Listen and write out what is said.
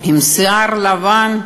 עם שיער לבן,